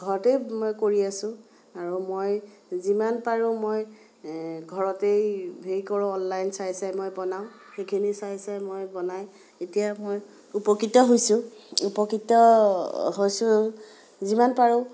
ঘৰতে কৰি আছোঁ আৰু মই যিমান পাৰোঁ মই ঘৰতে হেৰি কৰোঁ অনলাইন চাই চাই মই বনাওঁ সেইখিনি চাই চাই মই বনাই এতিয়া মই উপকৃত হৈছোঁ উপকৃত হৈছোঁ যিমান পাৰোঁ